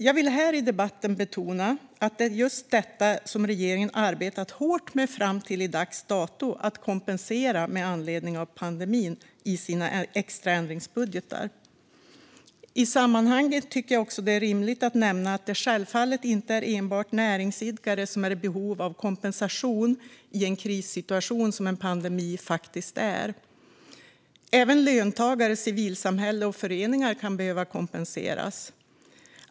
Jag vill här i debatten betona att det är just detta som regeringen har arbetat hårt med fram till dags dato, att kompensera med anledning av pandemin i sina extra ändringsbudgetar. I sammanhanget tycker jag också att det är rimligt att nämna att det självfallet inte är enbart näringsidkare som är i behov av kompensation i en krissituation, som en pandemi faktiskt är. Även löntagare, civilsamhälle och föreningar kan behöva kompenseras.